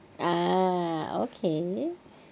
ah okay